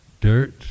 dirt